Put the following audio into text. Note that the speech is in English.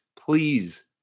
please